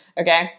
okay